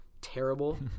terrible